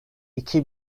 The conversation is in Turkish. iki